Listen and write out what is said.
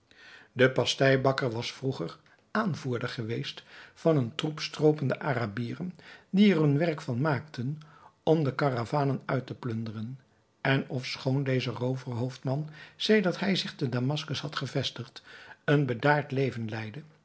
de pasteibakker was vroeger aanvoerder geweest van een troep stroopende arabieren die er hun werk van maakten om de karavanen uit te plunderen en ofschoon deze rooverhoofdman sedert hij zich te damaskus had gevestigd een bedaard leven leidde